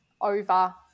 over